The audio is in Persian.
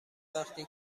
وقتی